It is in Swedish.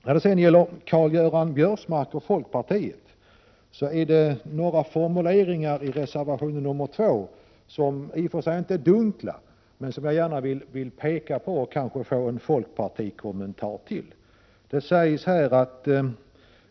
I reservation nr 2 av folkpartiet finns det några formuleringar, som i och för sig inte är dunkla men som jag vill peka på och få en kommentar till av Karl-Göran Biörsmark.